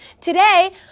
today